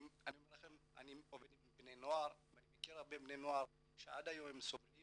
אני עובד עם בני נוער ואני מכיר הרבה בני נוער שעד היום הם סובלים